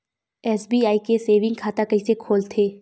SBI के saving खाता कइसे खोलथे?